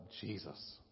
Jesus